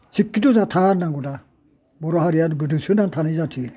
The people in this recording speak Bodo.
सिक्खित्व' जाथारनांगौ दा बर' हारिया गोदोसोना थानाय जाथि